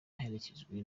aherekejwe